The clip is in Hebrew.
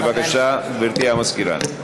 בבקשה, גברתי המזכירה.